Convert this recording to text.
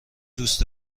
دوست